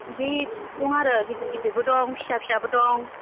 बे दं आरो गिदिरबो दं फिसा फिसाबो दं